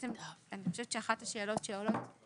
אני חושבת שאחת השאלות שעולות היא